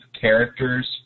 characters